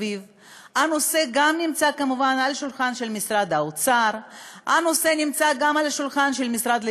וזה גם דרום וגם צפון.